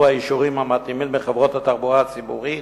האישורים המתאימים לחברות התחבורה הציבורית,